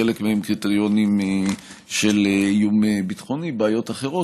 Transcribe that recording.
חלק מהם קריטריונים של איום ביטחוני או בעיות אחרות,